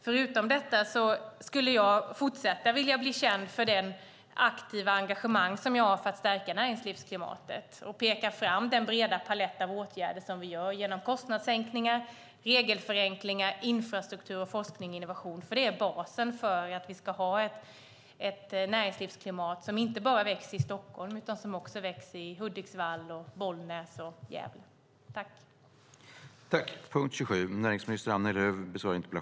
Förutom detta skulle jag vilja fortsätta att bli känd för det aktiva engagemang som jag har för att stärka näringslivsklimatet. Jag pekar på den breda palett av åtgärder som vi vidtar genom kostnadssänkningar, regelförenklingar, infrastruktur, forskning och innovation. Det är basen för att vi ska ha ett näringslivsklimat som inte bara växer i Stockholm utan också i Hudiksvall, Bollnäs och Gävle.